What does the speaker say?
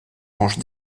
range